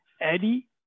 Eddie